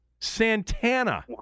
Santana